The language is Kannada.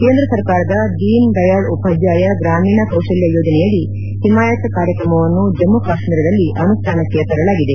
ಕೇಂದ್ರ ಸರ್ಕಾರದ ದೀನ್ ದಯಾಳ್ ಉಪಾಧ್ಯಾಯ ಗ್ರಾಮೀಣ ಕೌಶಲ್ಯ ಯೋಜನೆಯಡಿ ಹಿಮಾಯತ್ ಕಾರ್ಯಕ್ರಮವನ್ನು ಜಮ್ನು ಕಾಶ್ಮೀರದಲ್ಲಿ ಅನುಷ್ಣಾನಕ್ಕೆ ತರಲಾಗಿದೆ